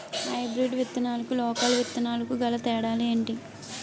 Hybrid విత్తనాలకు local విత్తనాలకు గల తేడాలు ఏంటి?